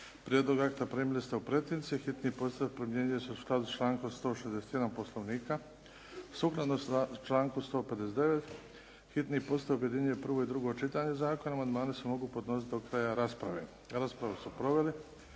Prijedlog akta primili ste u pretince. Hitni postupak primjenjuje se u skladu s člankom 161. Poslovnika. Sukladno članku 159. hitni postupak objedinjuje prvo i drugo čitanje zakona. Amandmani se mogu podnositi do kraja rasprave.